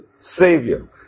Savior